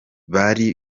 bari